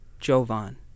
Jovan